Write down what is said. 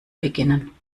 beginnen